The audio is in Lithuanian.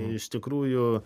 iš tikrųjų